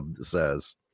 says